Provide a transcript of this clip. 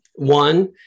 One